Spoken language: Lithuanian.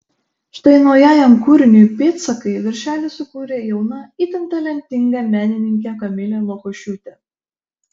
štai naujajam kūriniui pėdsakai viršelį sukūrė jauna itin talentinga menininkė kamilė lukošiūtė